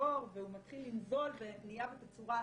בגיבור והוא מתחיל לנזול ולהיות בצורה אחרת.